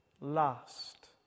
last